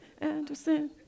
Anderson